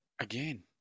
Again